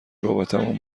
رابطمون